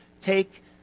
take